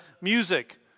music